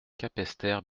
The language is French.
capesterre